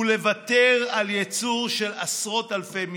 ולוותר על ייצור של עשרות אלפי משרות.